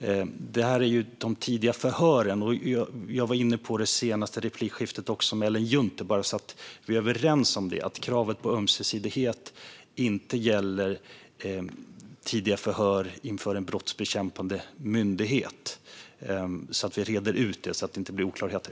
Adam Marttinen pratade om de tidiga förhören. Jag var inne på det även i det senaste replikskiftet med Ellen Juntti. Är vi överens om att kravet på ömsesidighet inte gäller tidiga förhör inför en brottsbekämpande myndighet? Jag vill gärna att vi reder ut detta så att det inte finns oklarheter.